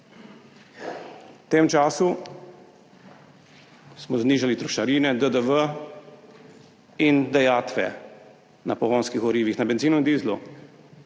V tem času smo znižali trošarine, DDV in dajatve na pogonska goriva, na bencin in dizel.